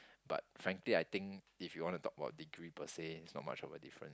but frankly I think if you want to talk about degree per se it's not much of a difference